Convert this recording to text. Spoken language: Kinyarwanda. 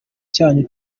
cyanyu